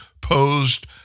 posed